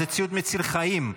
זה ציוד מציל חיים.